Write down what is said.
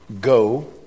Go